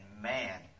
man